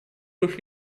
durch